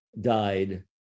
died